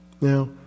Now